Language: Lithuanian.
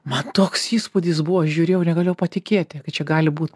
man toks įspūdis buvo žiūrėjau negalėjau patikėti kad čia gali būt